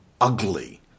ugly